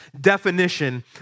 definition